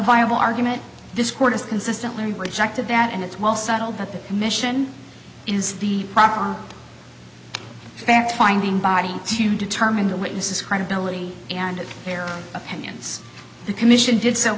viable argument this court has consistently rejected that and it's well settled that the commission is the proper fact finding body to determine the witnesses credibility and their opinions the commission did so